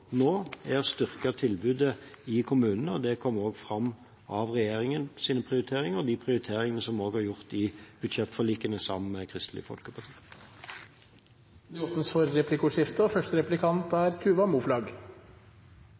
nå er å styrke tilbudet i kommunene, og det går også fram av regjeringens prioriteringer og de prioriteringene som vi også har gjort i budsjettforlikene sammen med Kristelig Folkeparti. Det blir replikkordskifte. Under høringen ga flere av faginstansene tilbakemelding om at tidlig hjemreise ikke er